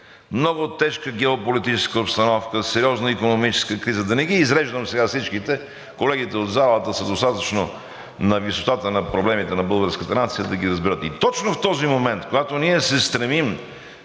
много тежка геополитическа обстановка, сериозна икономическа криза, да не ги изреждам сега всичките, колегите от залата са достатъчно на висотата на проблемите на българската нация, за да ги разберат. И точно в този момент, когато ние се стремим